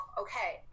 okay